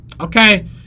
okay